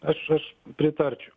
aš aš pritarčiau